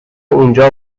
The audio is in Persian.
اونجا